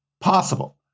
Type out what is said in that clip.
possible